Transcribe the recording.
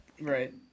Right